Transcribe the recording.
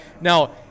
Now